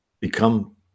become